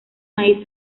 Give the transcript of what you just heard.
maíz